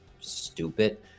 stupid